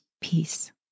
peace